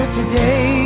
today